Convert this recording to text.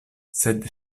sed